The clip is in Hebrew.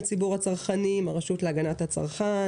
ציבור הצרכנים הרשות להגנת הצרכן,